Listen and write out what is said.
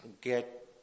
get